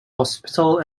hospital